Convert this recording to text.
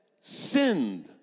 sinned